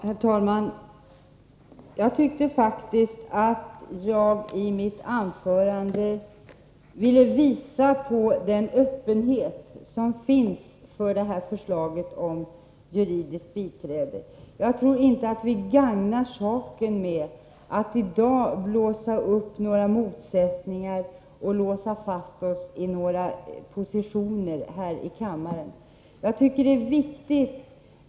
Herr talman! Jag ville faktiskt i mitt anförande visa på den öppenhet som finns för detta förslag om juridiskt biträde. Jag tror inte att vi gagnar saken med att i dag blåsa upp några motsättningar och låsa fast oss i några positioner här i kammaren.